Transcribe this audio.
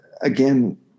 again